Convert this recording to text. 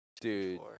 Dude